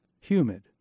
Humid